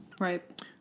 Right